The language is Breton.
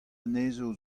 anezho